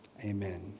Amen